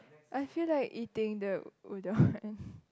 I feel like eating the udon